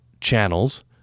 channels